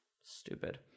Stupid